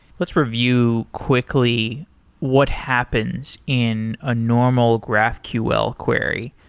let's review quickly what happens in a normal graphql query.